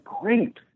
Great